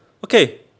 okay